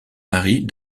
marie